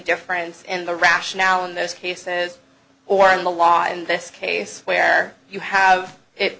difference in the rationale in those cases or in the law in this case where you have